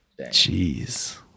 Jeez